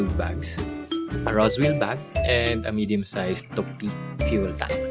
bags a roswheel bag and a medium-size topeak fuel